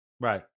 Right